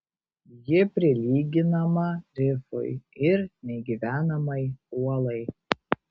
ji prilyginama rifui ir negyvenamai uolai